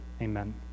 Amen